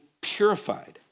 purified